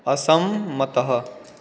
असम्मतः